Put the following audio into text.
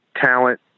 talent